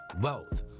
wealth